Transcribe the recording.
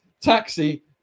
taxi